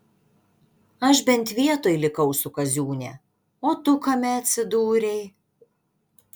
aš bent vietoj likau su kaziūne o tu kame atsidūrei